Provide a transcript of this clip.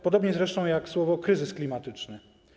Podobnie zresztą jak słowa „kryzys klimatyczny”